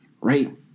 right